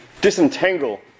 disentangle